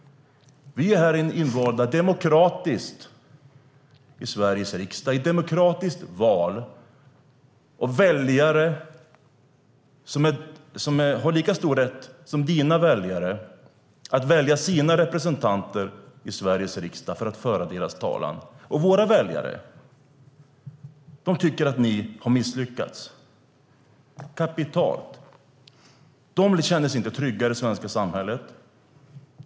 Vi är demokratiskt invalda i Sveriges riksdag, i ett demokratiskt val av väljare som har lika stor rätt som dina väljare att välja sina representanter i Sveriges riksdag för att föra deras talan. Våra väljare tycker att ni har misslyckats kapitalt. De känner sig inte trygga i det svenska samhället.